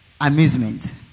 amusement